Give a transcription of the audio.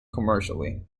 commercially